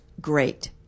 great